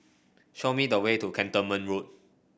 show me the way to Cantonment Road